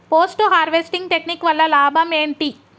Post harvesting technique వల్ల లాభం ఏంటి?